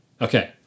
Okay